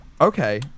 Okay